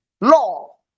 law